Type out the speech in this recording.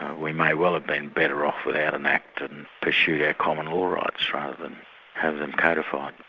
we may well have been better off without an act, and pursued our common law rights rather than have them codified.